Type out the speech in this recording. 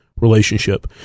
relationship